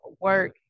work